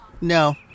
no